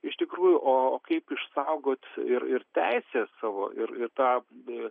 iš tikrųjų o kaip išsaugot ir ir teises savo ir ir tą